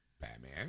Batman